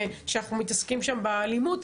שאנחנו מתעסקים שם באלימות.